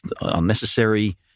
unnecessary